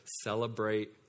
celebrate